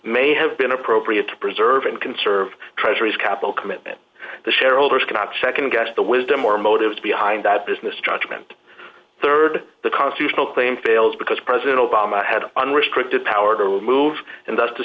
may have been appropriate to preserve and conserve treasuries capital commitment the shareholders cannot nd guess the wisdom or motives behind that business judgement rd the constitutional claim fails because president obama had unrestricted power to remove and thus to